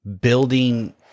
building